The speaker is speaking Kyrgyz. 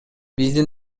биздин